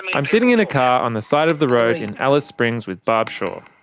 i'm sitting in a car on the side of the road in alice springs with barb shaw.